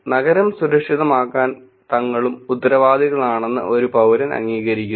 നഗരം സുരക്ഷിതമാക്കാൻ തങ്ങളും ഉത്തരവാദികളാണെന്ന് ഒരു പൌരൻ അംഗീകരിക്കുന്നു